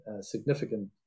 significant